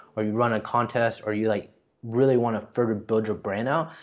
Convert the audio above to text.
or you run a contest, or you like really want to further build your brand out,